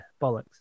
bollocks